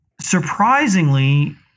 surprisingly